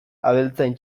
abeltzain